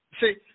See